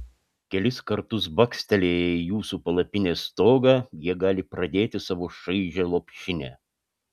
kelis kartus bakstelėję į jūsų palapinės stogą jie gali pradėti savo šaižią lopšinę